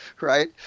right